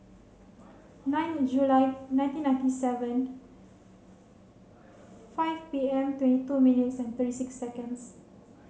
nine the July nineteen ninety seven five P M twenty two minutes and thirty six seconds